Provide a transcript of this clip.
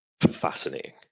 fascinating